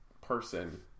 person